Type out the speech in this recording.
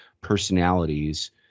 personalities